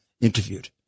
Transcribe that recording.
interviewed